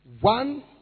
One